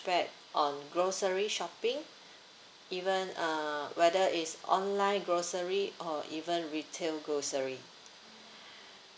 back on grocery shopping even uh whether it's online grocery or even retail grocery